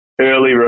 early